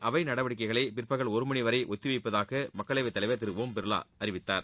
அவை நடவடிக்கைகளை பிற்பகல் ஒரு மனி வரை ஒத்திவைப்பதாக மக்களவைத் தலைவர் திரு ஒம் பிர்லா அறிவித்தார்